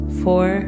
four